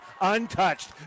untouched